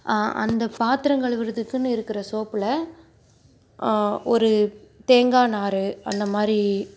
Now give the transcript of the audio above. அந்த பாத்திரம் கழுவுகிறதுக்குனு இருக்கிற சோப்பில் ஒரு தேங்காய் நார் அந்த மாதிரி